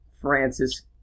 Francis